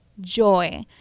joy